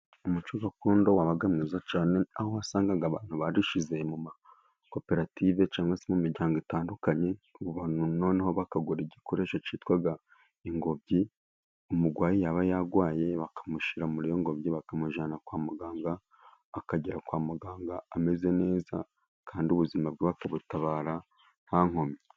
Umuco gakondo wabaga mwiza cyane aho wasangaga abantu barishyize mu makoperative cyangwa se mu miryango itandukanye ubu noneho bakagura igikoresho cyitwaga ingobyi. Umurwayi yaba yarwaye bakamushyira muri iyo ngobyi bakamujyana kwa muganga akagera kwa muganga ameze neza kandi ubuzima bakabutabara nta nkomyi.